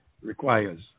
requires